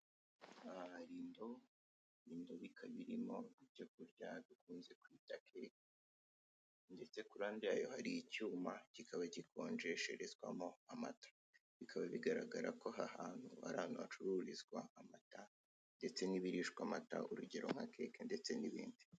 Aha hari indobo, iyo ndobo ikaba irimo ibyo kurya bikunze kwita keke, ndetse kurande yayo hari icyuma kikaba gikonjesherezwamo amata, bikaba bigaragara ko ahantu hari hacururizwa amata ndetse n'ibirishwa amata urugero, nka keke ndetse n'ibindi.